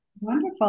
Wonderful